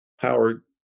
power